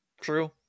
True